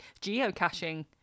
geocaching